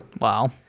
Wow